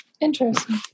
Interesting